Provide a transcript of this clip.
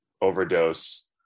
overdose